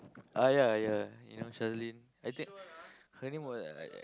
ah ya ya you know Shazlin I think her name was I